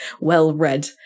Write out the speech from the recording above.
well-read